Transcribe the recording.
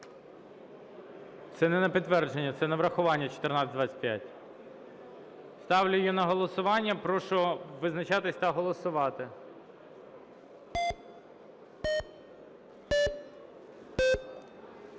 Це не на підтвердження, це неврахування 1425. Ставлю її на голосування. Прошу визначатися та голосувати.